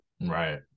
Right